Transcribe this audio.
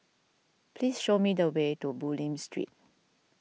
please show me the way to Bulim Street